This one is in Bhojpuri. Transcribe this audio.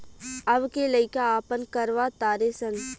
अब के लइका आपन करवा तारे सन